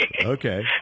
Okay